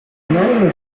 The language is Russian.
региональные